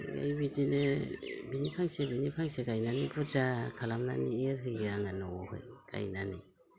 ओमफ्राय बिदिनो बिनि फांसे बिनि फांसे गायनानै बुरजा खालामनानै होयो आङो न'आवबो गायनानै